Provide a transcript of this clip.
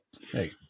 hey